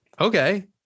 okay